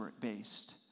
based